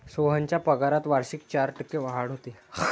सोहनच्या पगारात वार्षिक चार टक्के वाढ होते